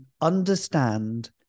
understand